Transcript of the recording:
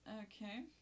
Okay